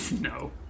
No